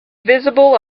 visible